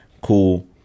cool